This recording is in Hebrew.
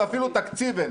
ואפילו תקציב אין,